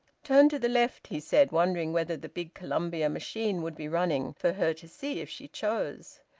turn to the left, he said, wondering whether the big columbia machine would be running, for her to see if she chose.